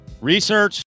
Research